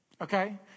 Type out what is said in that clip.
okay